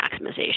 maximization